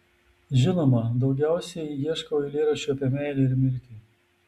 žinoma daugiausiai ieškau eilėraščių apie meilę ir mirtį